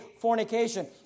fornication